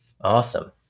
Awesome